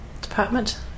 Department